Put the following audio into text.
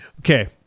okay